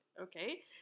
Okay